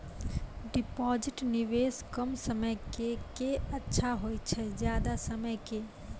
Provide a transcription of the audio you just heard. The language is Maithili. डिपॉजिट निवेश कम समय के के अच्छा होय छै ज्यादा समय के?